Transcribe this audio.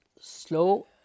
slow